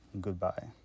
Goodbye